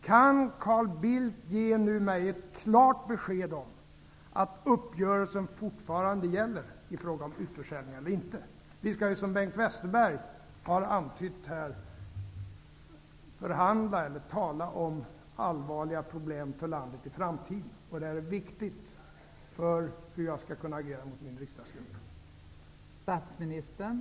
Kan Carl Bildt nu ge mig ett klart besked om huruvida uppgörelsen i fråga om utförsäljningar fortfarande gäller, eller inte? Vi skall ju, som Bengt Westerberg här har antytt, förhandla om eller tala om allvarliga problem för landet i framtiden. Det här är viktigt när det gäller hur jag skall kunna agera mot min riksdagsgrupp.